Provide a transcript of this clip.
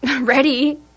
ready